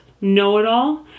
know-it-all